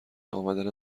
امدن